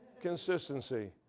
Consistency